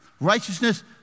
righteousness